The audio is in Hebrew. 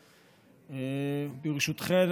ברשותכן,